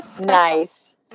Nice